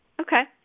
Okay